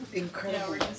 incredible